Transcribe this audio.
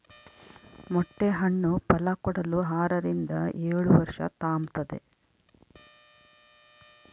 ಮೊಟ್ಟೆ ಹಣ್ಣು ಫಲಕೊಡಲು ಆರರಿಂದ ಏಳುವರ್ಷ ತಾಂಬ್ತತೆ